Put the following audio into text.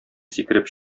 сикереп